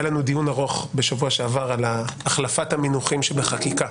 היה לנו דיון ארוך בשבוע שעבר על החלפת המינוחים שבחקיקה.